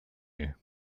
you